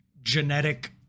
genetic